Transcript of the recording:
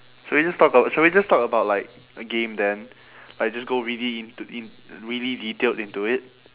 should we just talk about should we just talk about like a game then like just go really into in~ really detailed into it